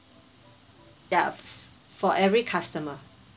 ya for every customer